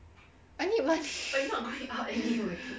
I need money